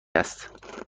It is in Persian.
است